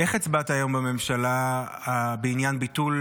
איך הצבעת היום בממשלה בעניין ביטול